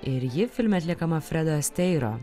ir ji filme atliekama fredo esteiro